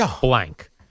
blank